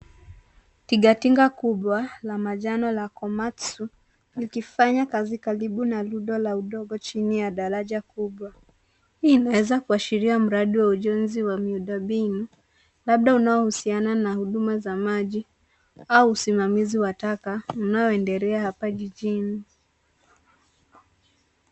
Tinga tinga kubwa la manjano la Komatsu likifanya kazi karibu na rundo la udongo chini ya daraja kubwa. Hii inaweza kuashiria mradi wa ujenzi wa miundombinu labda unaohusiana na huduma za maji au usimamizi wa taka unaoendelea hapa jijini.